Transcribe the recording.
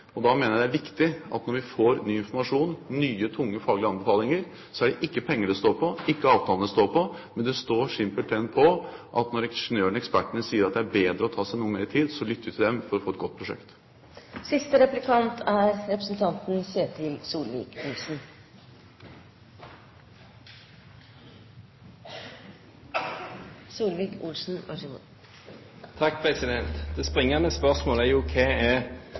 Da mener jeg det er viktig at når vi får ny informasjon, nye tunge faglige anbefalinger, så er det ikke penger det står på, ikke avtalene det står på, men det står simpelthen på at når ingeniørene og ekspertene sier at det er bedre å ta seg noe mer tid, lytter vi til dem for å få et godt prosjekt. Det springende punktet er: Hva er ny informasjon i denne sammenheng? I rapporten fra Gassnova i mai 2009 kom det